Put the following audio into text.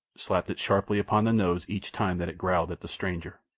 slapped it sharply upon the nose each time that it growled at the stranger.